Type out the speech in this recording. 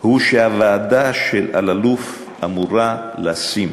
הוא שהוועדה של אלאלוף אמורה לשים